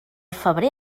febrer